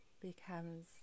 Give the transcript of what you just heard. becomes